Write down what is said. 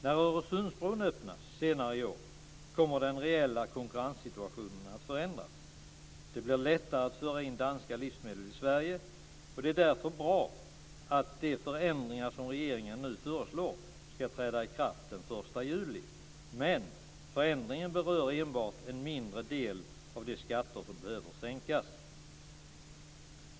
När Öresundsbron öppnas senare i år kommer den reella konkurrenssituationen att förändras. Det blir lättare att föra in danska livsmedel i Sverige. Det är därför bra att de förändringar som regeringen nu föreslår ska träda i kraft den 1 juli. Men förändringarna berör enbart en mindre del av de skatter som behöver sänkas.